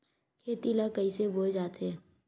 खेती ला कइसे बोय जाथे?